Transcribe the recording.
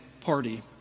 party